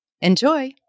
Enjoy